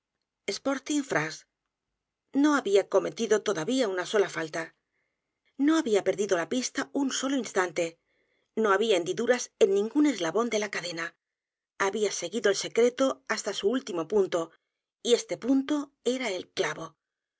una frase de juego sporlos crímenes de la calle morgue tingphrase no había cometido todavía una sola falta no había perdido la pista un solo instante no había hendiduras en ningún eslabón de la cadena había seguido el secreto h a s t a su último punto y este punto era el clavo